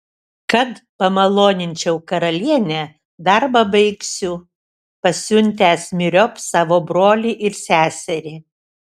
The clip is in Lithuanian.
kad pamaloninčiau karalienę darbą baigsiu pasiuntęs myriop savo brolį ir seserį